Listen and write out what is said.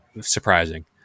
Surprising